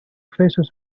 faces